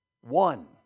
one